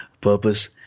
purpose